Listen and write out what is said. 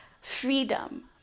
freedom